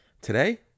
Today